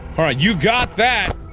alright, you got that!